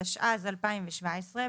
התשע"ז-2017,